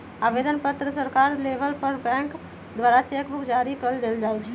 आवेदन पत्र सकार लेबय पर बैंक द्वारा चेक बुक जारी कऽ देल जाइ छइ